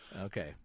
Okay